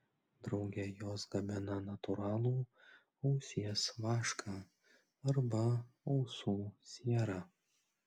drauge jos gamina natūralų ausies vašką arba ausų sierą